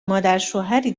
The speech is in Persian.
مادرشوهری